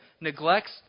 neglects